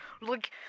Look